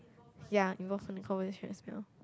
ya involve in the conversation as well